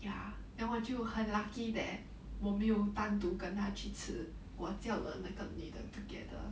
ya 我就很 lucky that 我没有单独跟他去吃我叫了那个女的 together